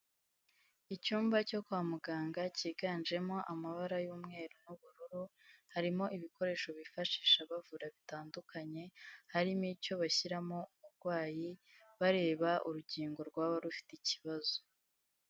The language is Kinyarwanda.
Icyumba cyo kwa muganga kiganjemo amabara y'umweru n'ubururu, harimo ibikoresho bifashisha bavura bitandukanye, harimo n'icyo bashyiramo uburwayi bareba urukingo rwaba rufite ikibazo.